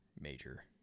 major